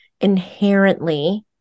inherently